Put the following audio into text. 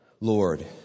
Lord